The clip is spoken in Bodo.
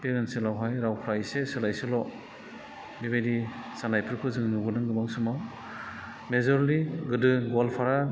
बे ओनसोलावहाय रावफ्रा एसे सोलाय सोल' बेबायदि जानायफोरखौ जों नुबोदों गोबाव समाव मेजरलि गोदो गवालपारा